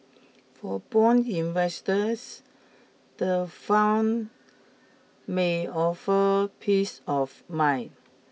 for bond investors the fund may offer peace of mind